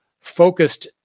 focused